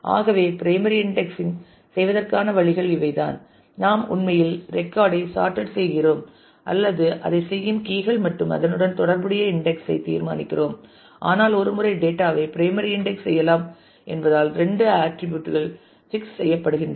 ஆகவே primary indexing செய்வதற்கான வழிகள் இவைதான் நாம் உண்மையில் ரெக்கார்ட் ஐ சாட்டெட் செய்கிறோம் அல்லது அதைச் செய்யும் கீ கள் மற்றும் அதனுடன் தொடர்புடைய இன்டெக்ஸ் ஐ தீர்மானிக்கிறோம் ஆனால் ஒரு முறை டேட்டா ஐ பிரைமரி இன்டெக்ஸ் செய்யலாம் என்பதால் இரண்டு ஆர்ட்டிரிபியூட் கள் பிக்ஸ் செய்யப்படுகிறது